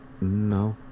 No